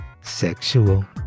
Sexual